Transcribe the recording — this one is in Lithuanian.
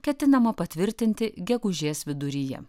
ketinama patvirtinti gegužės viduryje